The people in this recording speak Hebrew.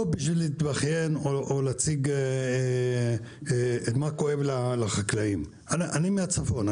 לא בשביל להילחם או להציג מה כואב לחקלאים אני מהצפון,